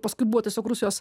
paskui buvo tiesiog rusijos